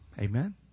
Amen